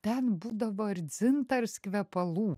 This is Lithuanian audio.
ten būdavo ir dzintars kvepalų